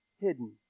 hidden